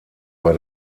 war